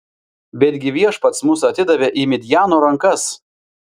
betgi viešpats mus atidavė į midjano rankas